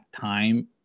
time